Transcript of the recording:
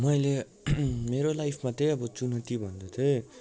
मैले मेरो लाइफमा चाहिँ चुनौती भन्दा चाहिँ